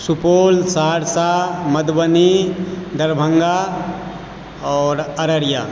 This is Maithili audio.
सुपौल सहरसा मधुबनी दरभंगा आओर अररिया